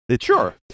sure